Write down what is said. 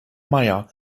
meier